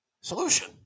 Solution